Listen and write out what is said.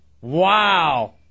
Wow